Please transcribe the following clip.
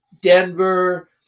Denver